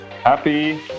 Happy